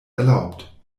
erlaubt